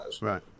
Right